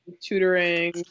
tutoring